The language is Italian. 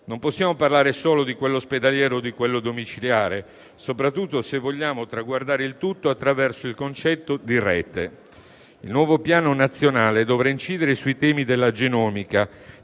non possiamo parlare solo di quello ospedaliero o di quello domiciliare, soprattutto se vogliamo traguardare il tutto attraverso il concetto di rete. Il nuovo Piano nazionale dovrà incidere sui temi della genomica,